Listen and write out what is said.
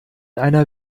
einer